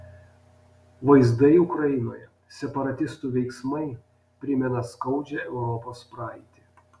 vaizdai ukrainoje separatistų veiksmai primena skaudžią europos praeitį